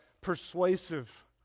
persuasive